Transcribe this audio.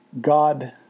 God